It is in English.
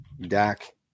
Dak